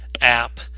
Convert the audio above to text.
app